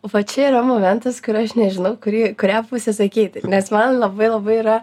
va čia yra momentas kur aš nežinau kuri kurią pusę sakyti nes man labai labai yra